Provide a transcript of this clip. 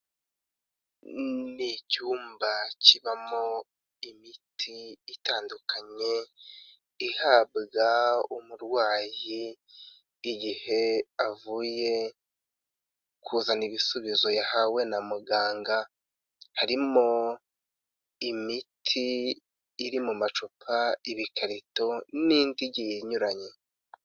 Ni icyumba kibamo imiti itandukanye ihabwa umurwayi igihe avuye kuzana ibisubizo yahawe na muganga, harimo imiti iri mu macupa, ibikarito n'indi igiye inyuranye.